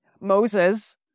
Moses